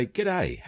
G'day